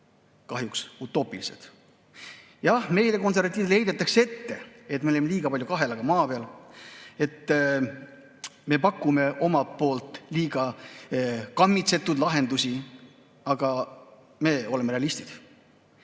kahjuks utoopilised. Jah, meile, konservatiividele heidetakse ette, et me oleme liiga palju kahe jalaga maa peal, et me pakume liiga kammitsetud lahendusi. Aga me oleme realistid.